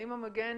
האם המגן